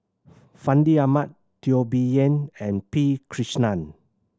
Fandi Ahmad Teo Bee Yen and P Krishnan